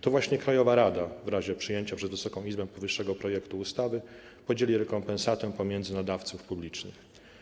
To właśnie krajowa rada w razie przyjęcia przez Wysoką Izbę powyższego projektu ustawy podzieli rekompensatę pomiędzy nadawców publicznych.